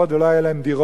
ולא היו להם דירות.